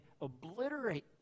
obliterate